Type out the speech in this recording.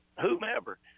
whomever